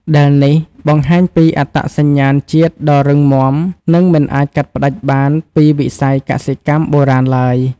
ដែលនេះបង្ហាញពីអត្តសញ្ញាណជាតិដ៏រឹងមាំ និងមិនអាចកាត់ផ្តាច់បានពីវិស័យកសិកម្មបុរាណឡើយ។